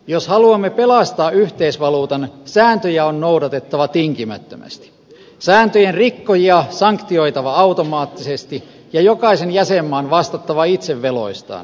jos haluamme pelastaa yhteisvaluutan sääntöjä on noudatettava tinkimättömästi sääntöjen rikkojia sanktioitava automaattisesti ja jokaisen jäsenmaan vastattava itse veloistaan